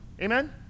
amen